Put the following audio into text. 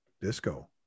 disco